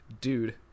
Dude